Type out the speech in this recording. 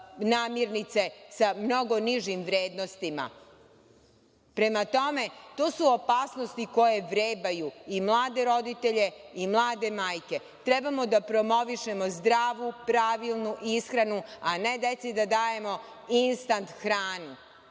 namirnice sa mnogo nižim vrednostima. Prema tome, to su opasnosti koje vrebaju i mlade roditelje i mlade majke. Treba da promovišemo zdravu, pravilnu ishranu, a ne deci da dajemo instant hranu.